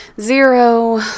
zero